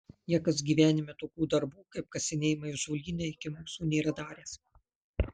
niekas gyvenime tokių darbų kaip kasinėjimai ąžuolyne iki mūsų nėra daręs